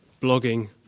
blogging